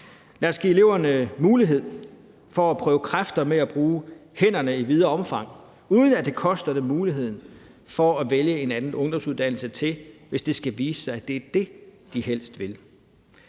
Lad os give eleverne mulighed for at prøve kræfter med at bruge hænderne i videre omfang, uden at det koster dem muligheden for at vælge en anden ungdomsuddannelse til, hvis det skal vise sig, at det er det, de helst vil.